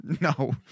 No